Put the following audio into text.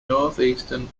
northeastern